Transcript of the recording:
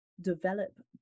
develop